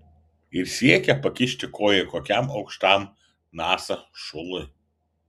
ir siekia pakišti koją kokiam aukštam nasa šului